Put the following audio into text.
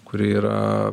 kuri yra